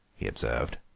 he observed.